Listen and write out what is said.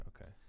okay